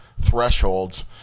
thresholds